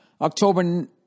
October